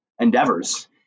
endeavors